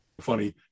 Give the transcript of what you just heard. funny